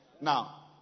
Now